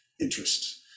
interests